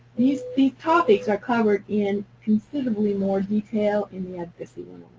these these topics are covered in considerably more detail in the advocacy one